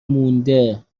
مونده